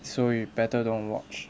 so you better don't watch